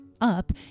up